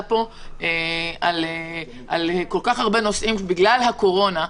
פה על כל כך הרבה נושאים בגלל הקורונה,